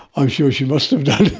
i'm sure she must have done.